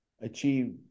achieve